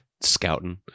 scouting